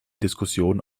diskussion